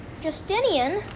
Justinian